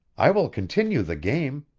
i will continue the game.